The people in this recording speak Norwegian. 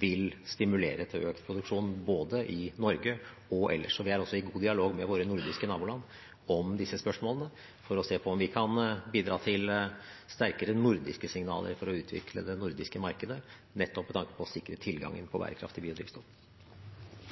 vil stimulere til økt produksjon både i Norge og ellers. Vi er også i god dialog med våre nordiske naboland om disse spørsmålene for å se om vi kan bidra til sterkere nordiske signaler for å utvikle det nordiske markedet, nettopp med tanke på å sikre tilgangen på bærekraftig biodrivstoff.